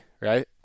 right